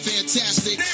Fantastic